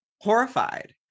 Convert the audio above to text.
horrified